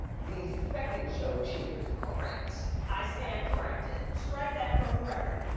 the second show, cheers. correct, i stand corrected. strike that from the record.